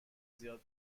زیاد